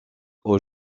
aux